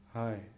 Hi